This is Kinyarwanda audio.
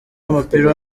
w’umupira